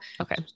okay